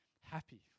happy